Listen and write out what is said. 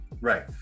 Right